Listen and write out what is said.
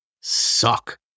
suck